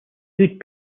good